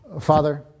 Father